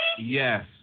Yes